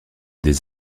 des